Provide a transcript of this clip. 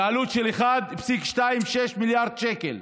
בעלות של 1.26 מיליארד שקל.